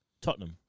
Tottenham